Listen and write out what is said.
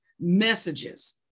messages